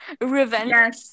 Revenge